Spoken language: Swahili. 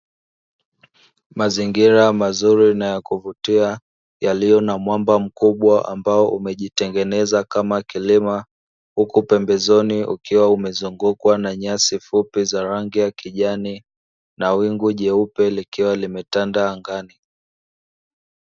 Mazingira mazuri na yakuvutia yaliyo na mwamba mkubwa ambao umejitengeneza kama kilima, huku pembezoni ukiwa umezungukwa na nyasi fupi za rangi ya kijani, na wingu jeupe likiwa limetandaa angani.